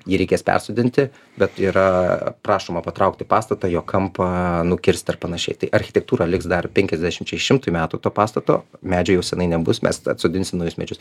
jį reikės persodinti bet yra prašoma patraukti pastatą jo kampą nukirsti ar panašiai tai architektūra liks dar penkiasdešimčiai šimtui metų to pastato medžio jau seniai nebus mes atsodinsim naujus medžius